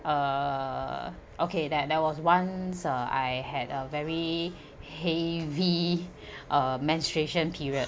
uh okay there there was once uh I had a very heavy uh menstruation period